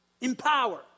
Empower